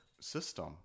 system